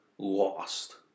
lost